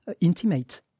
intimate